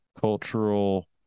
cultural